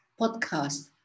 podcast